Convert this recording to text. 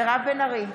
מירב בן ארי,